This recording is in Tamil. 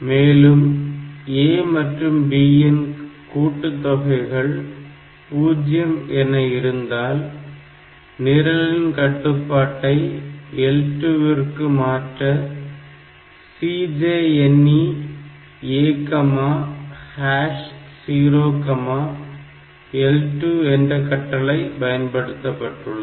மேலும் A மற்றும் B இன் கூட்டுத் தொகைகள் 0 sum0 என இருந்தால் நிரலின் கட்டுப்பாட்டை L2 இற்கு மாற்ற CJNE A 0L2 என்ற கட்டளை பயன்படுத்தப்பட்டுள்ளது